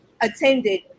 attended